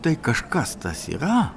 tai kažkas tas yra